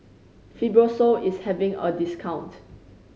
Fibrosol is having a discount